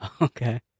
Okay